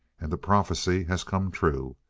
and the prophecy has come true.